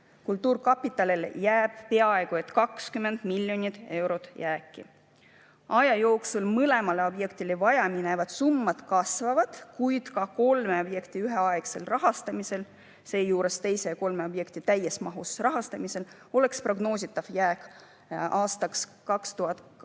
kultuurkapitalile peaaegu 20 miljonit eurot jääki. Aja jooksul mõlemale objektile vajaminevad summad kasvavad, kuid ka kolme objekti üheaegsel rahastamisel, seejuures teise ja kolmanda objekti täies mahus rahastamisel, oleks prognoositav jääk aastaks 2025